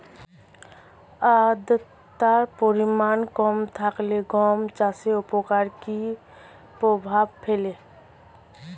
আদ্রতার পরিমাণ কম থাকলে গম চাষের ওপর কী প্রভাব ফেলে?